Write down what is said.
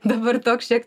dabar toks šiek